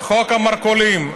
חוק המרכולים.